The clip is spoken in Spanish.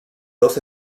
dos